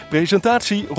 Presentatie